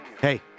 Hey